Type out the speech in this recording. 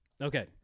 Okay